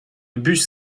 bus